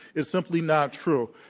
it's simply not true.